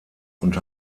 und